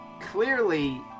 Clearly